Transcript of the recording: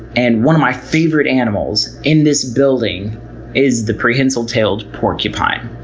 and one of my favorite animals in this building is the prehensile-tailed porcupine.